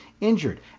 injured